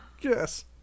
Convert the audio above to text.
Yes